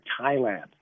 Thailand